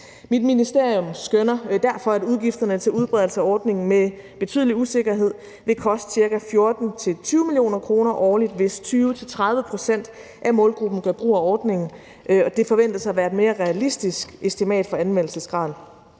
Mit ministerium skønner derfor, at udgifterne til udbredelse af ordningen med betydelig usikkerhed vil koste ca. 14-20 mio. kr. årligt, hvis 20-30 pct. af målgruppen gør brug af ordningen, og det forventes at være et mere realistisk estimat for anvendelsesgraden.